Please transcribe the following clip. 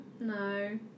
no